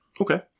okay